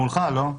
זה מולך לא?